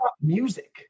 music